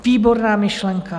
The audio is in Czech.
Výborná myšlenka.